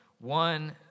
one